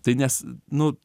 tai nes nu